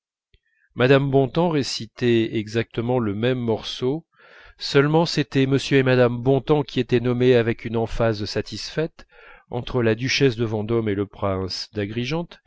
mme bontemps récitait exactement le même morceau seulement c'était m et mme bontemps qui étaient nommés avec une emphase satisfaite entre la duchesse de vendôme et le prince